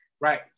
Right